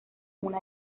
una